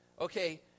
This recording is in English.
Okay